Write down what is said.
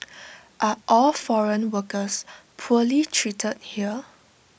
are all foreign workers poorly treated here